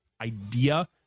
idea